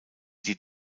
die